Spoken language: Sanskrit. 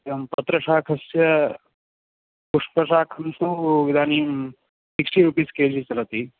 एवं पत्रशाकस्य पुष्पशाकं तु इदानीं सिक्स्टि रुपीस् केजि चलति